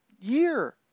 year